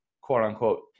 quote-unquote